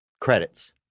Credits